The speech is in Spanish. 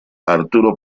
arturo